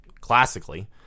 classically